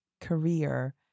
career